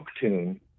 tune